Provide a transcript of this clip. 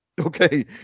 Okay